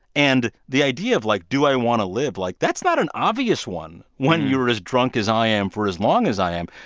and the idea of, like, do i want to live? like, that's not an obvious one when you're as drunk as i am for as long as i am.